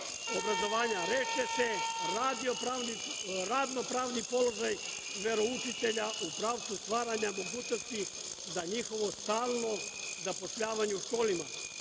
obrazovanja rešiće se radno pravni položaj veroučitelja u pravcu stvaranja mogućnosti za njihovo stalno zapošljavanje u školama